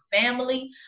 family